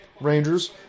Rangers